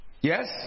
Yes